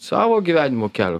savo gyvenimo kelio